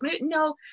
No